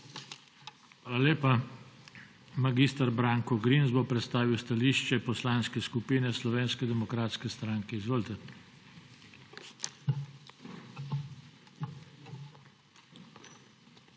Hvala lepa. Mag. Branko Grims bo predstavil stališče Poslanske skupine Slovenske demokratske stranke. Izvolite. **MAG.